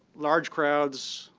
large crowds,